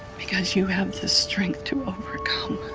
because you have the strength to overcome